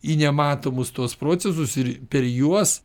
į nematomus tuos procesus ir per juos